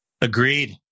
Agreed